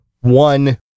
one